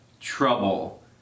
trouble